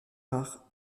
rare